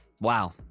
Wow